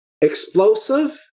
explosive